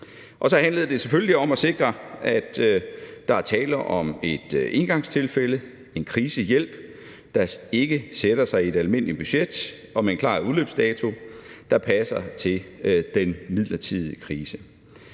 Og så handlede det selvfølgelig om at sikre, at der er tale om et engangstilfælde, en krisehjælp, der ikke sætter sig i det almindelige budget, og som har en klar udløbsdato, der passer til den midlertidige krise.